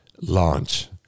launch